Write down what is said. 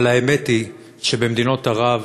אבל האמת היא שבמדינות ערב,